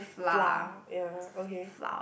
flour ya okay